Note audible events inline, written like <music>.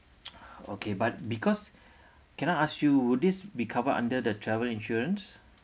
<noise> okay but because can I ask you would this be covered under the travel insurance